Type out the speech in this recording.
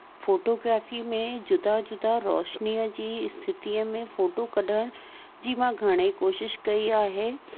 photography में जुदा जुदा रोशनीअ जी स्थितीअ में फोटू कढण जी मां घणेई कोशिश कई आहे